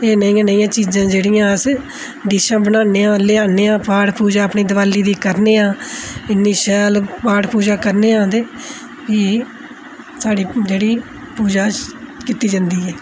एह् नेहियां नेहियां चीजां जेह्ड़ियां अस डिशां बनान्ने आं लेआने आं पाठ पूजा अपनी दिवाली दी करने आं इन्नी शैल पाठ पूजा करने आं ते साढ़ी जेह्ड़ी पूजा कीती जंदी ऐ